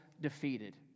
defeated